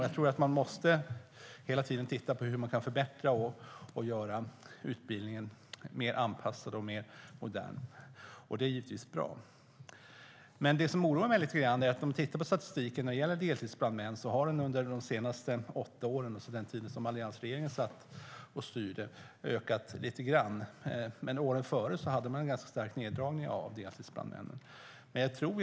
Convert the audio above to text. Jag tror att man hela tiden måste titta på hur man kan förbättra utbildningen, göra den bättre anpassad och mer modern. Det som lite grann oroar mig är att statistik visar att antalet deltidsbrandmän under de senaste åtta åren visserligen ökade lite grann, alltså under den tid som alliansregeringen styrde, men åren dessförinnan gjordes en ganska stor neddragning.